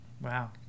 Wow